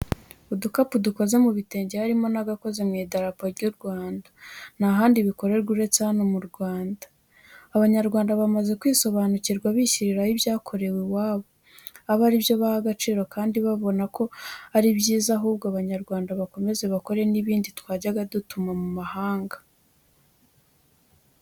Udukapu dukoze mu bitenge harimo n'agakoze mu idarapo ry'uRwanda, nta handi bikorerwa uretse hano mu Rwanda. Abanyarwanda bamaze kwisobanukirwa bishyiriraho ibyakorewe iwabo, aba ari byo baha agaciro kandi babona ko ari byiza, ahubwo Abanyarwanda bakomeze bakore n'ibindi twajyaga dukura mu mahanga.